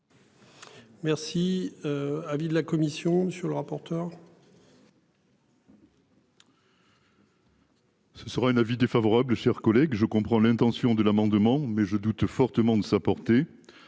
Merci. Avis de la commission sur le rapporteur. Ce sera un avis défavorable. Chers collègues, je comprends l'intention de l'amendement mais je doute fortement de sa portée.